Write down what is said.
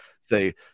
say